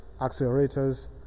accelerators